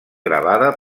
gravada